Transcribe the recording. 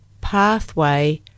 pathway